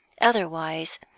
otherwise